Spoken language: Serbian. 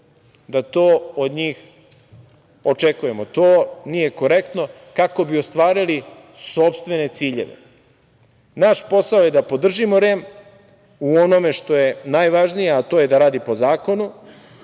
da to od njih očekujemo, to nije korektno, kako bi ostvarili sopstvene ciljeve. Naš posao je da podržimo REM u onome što je najvažnije, a to je da radi po zakonu,